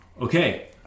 Okay